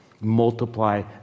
multiply